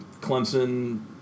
Clemson